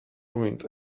ruined